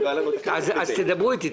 אז תדברו איתי.